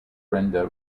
brenda